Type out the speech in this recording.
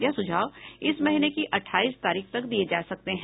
यह सुझाव इस महीने की अट्ठाईस तारीख तक दिये जा सकते हैं